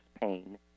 pain